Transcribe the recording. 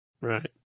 Right